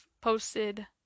posted